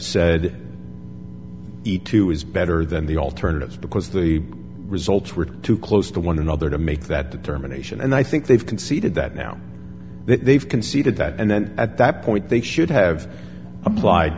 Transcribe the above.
said the two is better than the alternatives because the results were too close to one another to make that determination and i think they've conceded that now they've conceded that and then at that point they should have applied